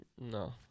No